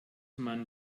man